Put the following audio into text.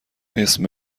اسم